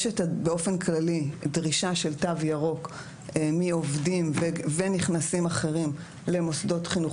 יש באופן כללי דרישה של תו ירוק מעובדים ונכנסים אחרים למוסדות חינוך,